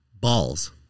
balls